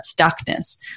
stuckness